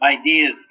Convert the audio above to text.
ideas